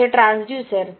ते ट्रान्सड्यूसर